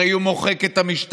הרי הוא מוחק את המשטרה,